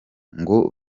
ngo